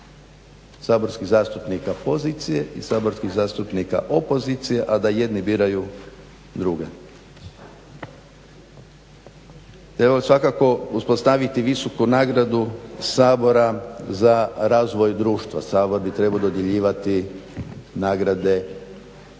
Saborskih zastupnika pozicije i saborskih zastupnika opozicije a da jedni biraju druge. Treba svakako uspostaviti visoku nagradu Sabora za razvoj društva. Sabor bi trebao dodjeljivati nagrade hrvatskim